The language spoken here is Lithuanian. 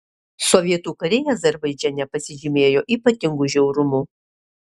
sovietų kariai azerbaidžane pasižymėjo ypatingu žiaurumu